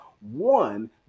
one